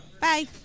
Bye